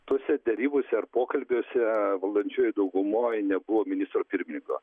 tose derybose ar pokalbiuose valdančiojoj daugumoj nebuvo ministro pirmininko